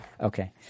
Okay